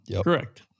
Correct